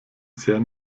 sehr